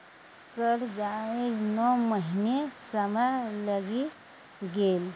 करवामे नओ महीना समय लागि गेल